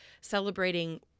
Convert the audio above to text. celebrating